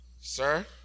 Sir